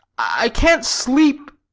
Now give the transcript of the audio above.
i can't sleep,